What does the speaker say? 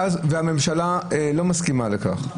והממשלה לא מסכימה לכך?